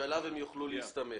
שעליו הן יוכלו להסתמך.